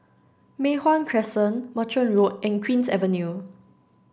Mei Hwan Crescent Merchant Road and Queen's Avenue